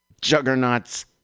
juggernauts